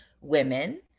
women